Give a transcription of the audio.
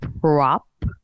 prop